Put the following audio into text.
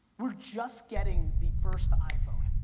we're just getting the first iphone.